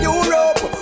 Europe